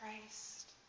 Christ